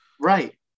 Right